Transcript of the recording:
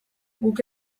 guk